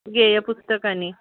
गेयपुस्तकानि